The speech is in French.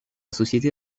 société